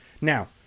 Now